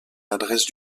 l’adresse